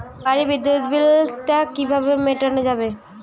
বাড়ির বিদ্যুৎ বিল টা কিভাবে মেটানো যাবে?